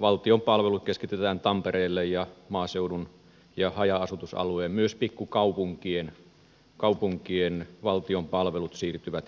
valtion palvelut keskitetään tampereelle ja maaseudun ja haja asutusalueiden myös pikkukaupunkien valtion palvelut siirtyvät hiljakseen keskusseuduille